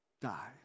die